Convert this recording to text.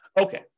Okay